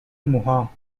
موها